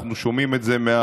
אנחנו שומעים את זה מהרחוב.